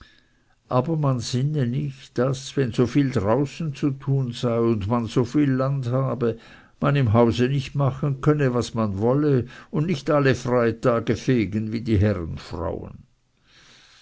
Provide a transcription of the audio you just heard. aber man sinne nicht daß wenn so viel draußen zu tun sei und man so viel land habe man im hause nicht machen könne was man wolle und nicht alle freitage fegen wie die